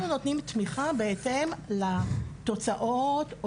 אנחנו נותנים תמיכה בהתאם לתוצאות או